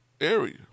area